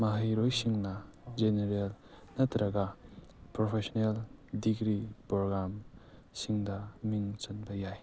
ꯃꯍꯩꯔꯣꯏꯁꯤꯡꯅ ꯖꯦꯅꯔꯦꯜ ꯅꯠꯇ꯭ꯔꯒ professional degree ꯄ꯭ꯔꯣꯒ꯭ꯔꯥꯝꯁꯤꯡꯗ ꯃꯤꯡ ꯆꯟꯕ ꯌꯥꯏ